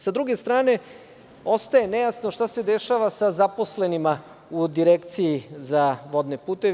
Sa druge strane, ostaje nejasno šta se dešava sa zaposlenima u Direkciji za vodne puteve.